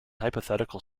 hypothetical